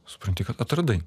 supranti kad atradai